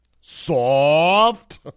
Soft